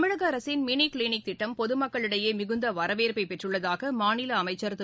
தமிழக அரசின் mini clinic திட்டம் பொது மக்களிடையே மிகுந்த வரவேற்பை பெற்றுள்ளதாக மாநில அமைச்ச் திரு